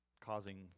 causing